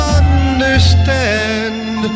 understand